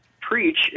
preach